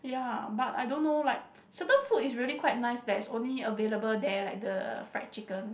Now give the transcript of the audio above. ya but I don't know like certain food is really quite nice that's only available there like the fried chicken